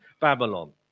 Babylon